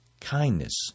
kindness